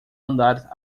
andar